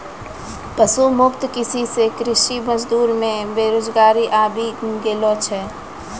पशु मुक्त कृषि से कृषि मजदूर मे बेरोजगारी आबि गेलो छै